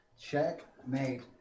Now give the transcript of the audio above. Checkmate